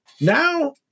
Now